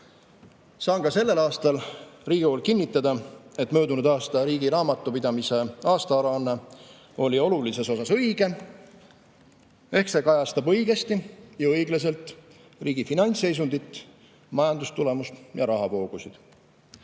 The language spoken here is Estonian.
Saan ka sellel aastal Riigikogule kinnitada, et möödunud aasta riigi raamatupidamise aastaaruanne oli olulises osas õige ehk see kajastab õigesti ja õiglaselt riigi finantsseisundit, majandustulemust ja rahavoogusid. Sellel